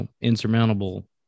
insurmountable